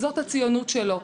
זאת הציונות שלו.